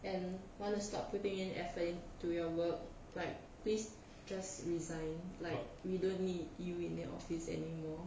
and want stop putting in effort into your work like please just resign like we don't need you in their office anymore